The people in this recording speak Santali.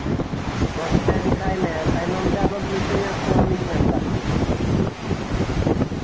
ᱢᱚᱸᱡ ᱛᱮ ᱞᱮᱠᱷᱟᱭ ᱢᱮ ᱛᱟᱭᱚᱢ ᱛᱮ ᱟᱞᱚᱢ ᱞᱟᱹᱭᱟ ᱠᱚᱢᱤᱧ ᱮᱢ ᱟᱠᱟᱫ ᱢᱮᱭᱟ